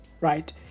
right